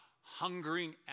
hungering